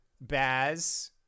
Baz